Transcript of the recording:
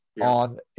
on